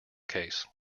case